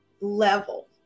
level